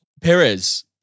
Perez